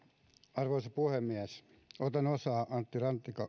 arvoisa puhemies otan osaa antti